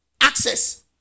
access